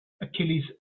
achilles